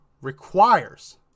requires